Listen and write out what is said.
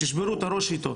תשברו את הראש איתו.